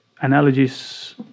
analogies